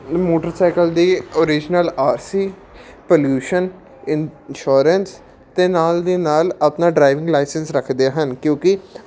motorcycle ਦੀ original R C pollution insurance ਅਤੇ ਨਾਲ ਦੀ ਨਾਲ ਆਪਣਾ ਡਰਾਈਵਿੰਗ ਲਾਈਸੈਂਸ ਰੱਖਦੇ ਹਨ ਕਿਉਂਕਿ